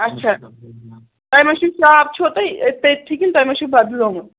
اچھا تۄہہِ ما چھُو شاپ چھُو تۄہہِ تٔتۍتھٕے کِنہٕ تۄہہِ ما چھُو بَدلومُت